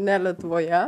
ne lietuvoje